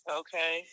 okay